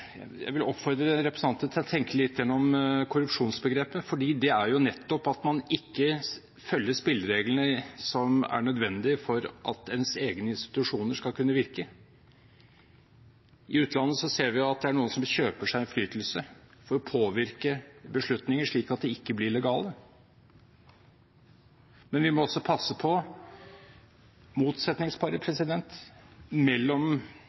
man ikke følger spillereglene som er nødvendige for at ens egne institusjoner skal kunne virke. I utlandet ser vi at det er noen som kjøper seg innflytelse for å påvirke beslutninger slik at de ikke blir legale. Men vi må også passe på